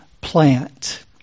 plant